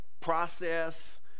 process